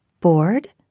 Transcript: Bored